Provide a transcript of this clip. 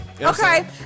Okay